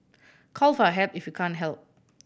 call for help if you can't help